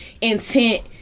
intent